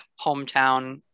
hometown